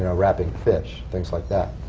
you know wrapping fish, things like that.